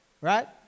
right